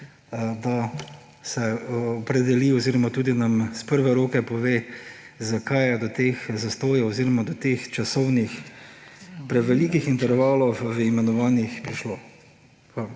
da se opredeli oziroma tudi nam iz prve roke pove, zakaj je do teh zastojev oziroma do teh časovnih prevelikih intervalov v imenovanjih prišlo. Hvala.